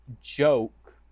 joke